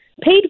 paid